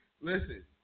Listen